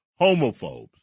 homophobes